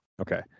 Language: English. okay